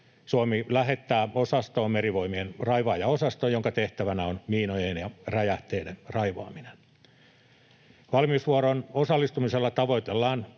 Suomi lähettää osastoon Merivoimien raivaajaosaston, jonka tehtävänä on miinojen ja räjähteiden raivaaminen. Valmiusvuoroon osallistumisella tavoitellaan